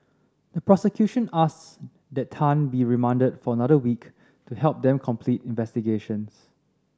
the prosecution asked that Tan be remanded for another week to help them complete investigations